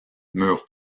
mur